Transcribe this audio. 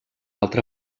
altra